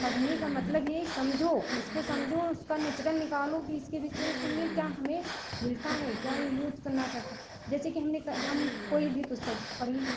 पढ़ने का मतलब यह है समझो उसको समझो उसका निचरन निकालो कि इसके विशेष में क्या हमें मिलता है क्या यह यूज करना चाहता है जैसे कि हमने हम कोई भी पुस्तक पढ़ें